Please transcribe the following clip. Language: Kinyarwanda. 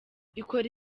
ikora